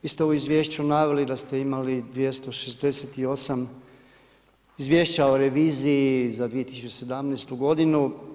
Vi ste u izvješću naveli da ste imali 268 izvješća o reviziji za 2017. godinu.